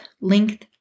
length